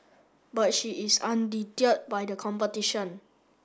but she is undeterred by the competition